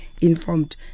informed